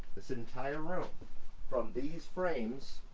this entire room from these frames